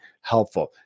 helpful